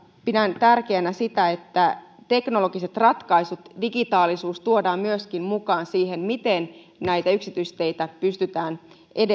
pidän tärkeänä että myöskin teknologiset ratkaisut digitaalisuus tuodaan mukaan siihen miten näitä yksityisteitä pystytään edelleen